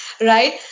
Right